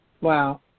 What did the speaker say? Wow